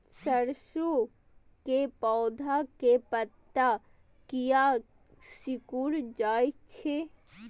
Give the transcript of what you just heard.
सरसों के पौधा के पत्ता किया सिकुड़ जाय छे?